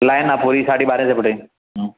line आहे पूरी साढी ॿारहें सवें फुट जी